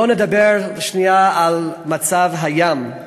בואו נדבר שנייה על מצב הים,